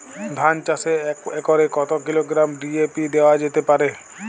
ধান চাষে এক একরে কত কিলোগ্রাম ডি.এ.পি দেওয়া যেতে পারে?